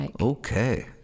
Okay